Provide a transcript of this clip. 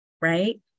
right